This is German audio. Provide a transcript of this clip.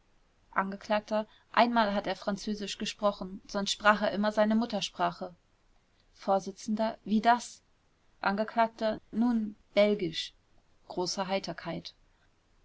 angekl einmal hat er französisch gesprochen sonst sprach er immer seine muttersprache vors wie das angekl nun belgisch